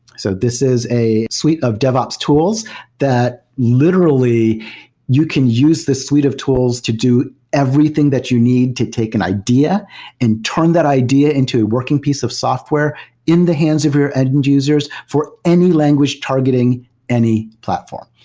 so this is a suite of devops tools that literally you can use the suite of tools to do everything that you need to take an idea and turn that idea into a working piece of software in the hands of your end and users for any language targeting any platform.